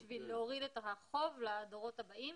בעיקר בשביל להוריד את החוב לדורות הבאים.